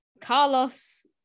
Carlos